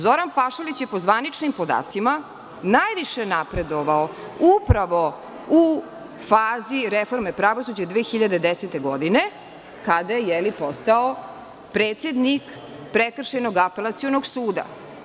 Zoran Pašalić je po zvaničnim podacima najviše napredovao u fazi reforme pravosuđa 2010. godine, kada je postao predsednik Prekršajnog apelacionog suda.